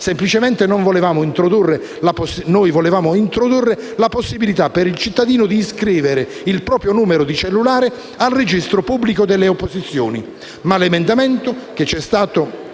semplicemente introdurre la possibilità per il cittadino di iscrivere il proprio numero di cellulare al registro pubblico delle opposizioni.